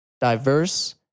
diverse